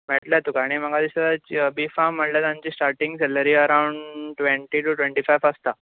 मेळटले तुका आनी म्हाका दिसता बी फार्म म्हणल्यार तांची स्टाटींग सेलरी अरांवड टूवेटी टू टिवेन्टी फायव आसता